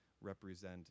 represent